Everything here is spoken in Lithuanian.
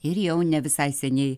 ir jau ne visai seniai